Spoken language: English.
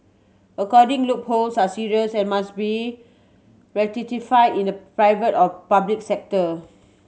accounting loopholes are serious and must be rectify in the private or public sector